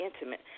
intimate